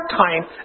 time